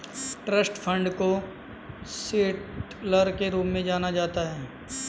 trust fund को settler के रूप में जाना जाता है